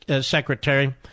Secretary